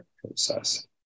process